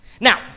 Now